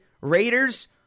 Raiders